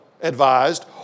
advised